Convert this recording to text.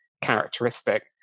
characteristic